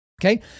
Okay